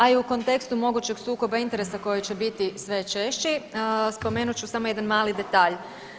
A i u kontekstu mogućih sukoba interesa koji će biti sve češći spomenut ću samo jedan mali detalj.